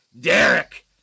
Derek